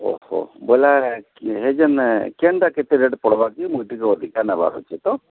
ଓହୋ ବୋଇଲେ ହୋଇ ଯେନ୍ନେ କେନ୍ଟା କେତେ ରେଟ୍ ପଡ଼୍ବାକି ମୁଇଁ ଟିକେ ଅଧିକା ନେବାର୍ ଅଛି ତ